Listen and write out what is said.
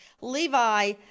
Levi